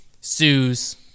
sues